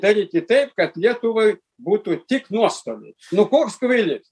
daryti taip kad lietuvai būtų tik nuostoliai nu koks kvailys